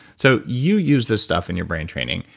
so, you used this stuff in your brain training.